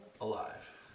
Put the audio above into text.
alive